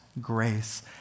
grace